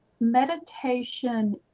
meditation